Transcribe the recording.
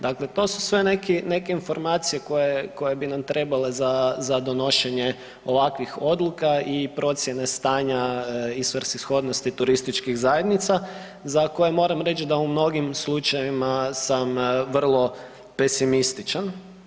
Dakle, to su sve neki, neke informacije koje, koje bi nam trebale za, za donošenje ovakvih odluka i procijene stanja i svrsishodnosti turističkih zajednica za koje moram reć da u mnogim slučajevima sam vrlo pesimističan.